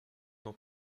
dans